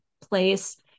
place